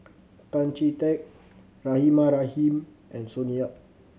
Tan Chee Teck Rahimah Rahim and Sonny Yap